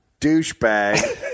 douchebag